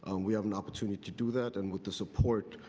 um we have an opportunity to do that and with the support